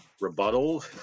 rebuttal